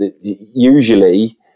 usually